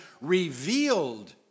revealed